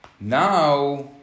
Now